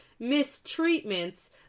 mistreatments